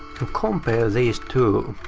ah compare these two.